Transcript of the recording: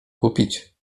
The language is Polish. kupić